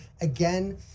again